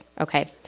okay